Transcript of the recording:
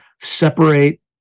separate